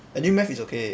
engine math is okay